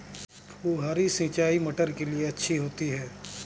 फुहारी सिंचाई मटर के लिए अच्छी होती है?